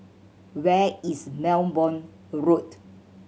where is Belmont Road